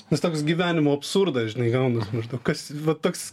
nes toks gyvenimo absurdas žinai gaunas maždaug kas va toks